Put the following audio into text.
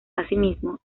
asimismo